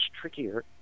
trickier